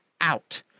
out